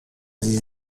sie